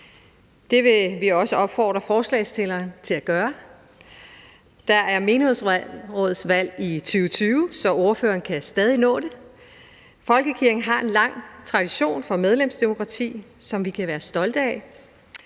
Det vil vi også opfordre forslagsstillerne til at gøre. Der er menighedsrådsvalg i 2020, så ordføreren kan stadig nå det. Folkekirken har en lang tradition for medlemsdemokrati, som vi kan være stolte af.